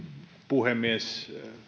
puhemies